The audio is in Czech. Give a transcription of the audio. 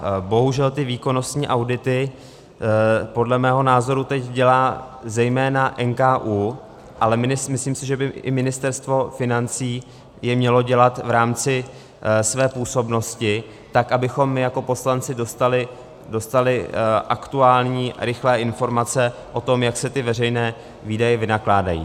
A bohužel ty výkonnostní audity podle mého názoru teď dělá zejména NKÚ, ale myslím si, že by i Ministerstvo financí je mělo dělat v rámci své působnosti, tak abychom my jako poslanci dostali aktuální, rychlé informace o tom, jak se ty veřejné výdaje vynakládají.